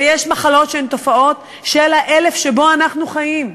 ויש מחלות שהן תופעות של האלף שבו אנחנו חיים.